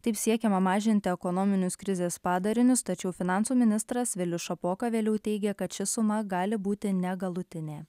taip siekiama mažinti ekonominius krizės padarinius tačiau finansų ministras vilius šapoka vėliau teigė kad ši suma gali būti negalutinė